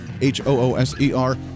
H-O-O-S-E-R